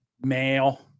male